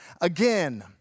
again